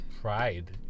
pride